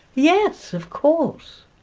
yes, of course,